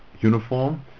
uniform